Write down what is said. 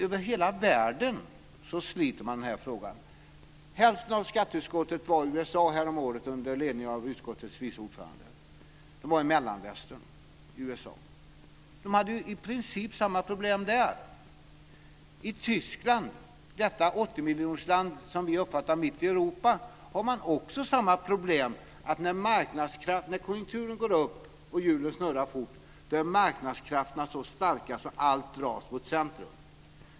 Man sliter med den här frågan över hela världen. Hälften av skatteutskottet var i USA häromåret under ledning av utskottets vice ordförande. De var i Mellanvästern i USA. Man hade i princip samma problem där. I Tyskland, detta 80-miljonersland i, som vi uppfattar det, mitten av Europa, har man också samma problem. När konjunkturen går upp och hjulen snurrar fort är marknadskrafterna så starka att allt dras mot centrum.